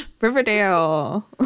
Riverdale